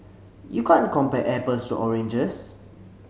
you can't compare apples to oranges